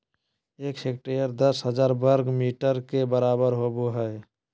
एक हेक्टेयर दस हजार वर्ग मीटर के बराबर होबो हइ